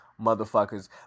motherfuckers